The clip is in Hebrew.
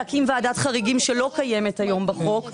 להקים ועדת חריגים שלא קיימת היום בחוק,